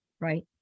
right